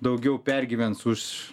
daugiau pergyvens už